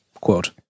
quote